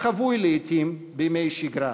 החבוי לעתים בימי שגרה,